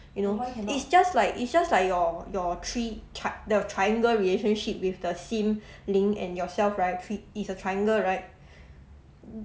it's just like it's just like your your three chart the triangle relationship with the and yourself right thre~ is a triangle right